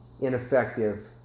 ineffective